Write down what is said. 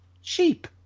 sheep